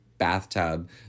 bathtub